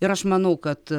ir aš manau kad